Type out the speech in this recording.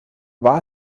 war